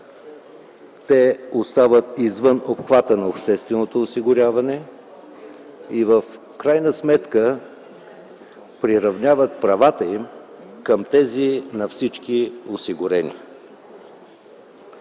те остават извън обхвата на общественото осигуряване, и в крайна сметка приравнява правата им към тези на всички осигурени.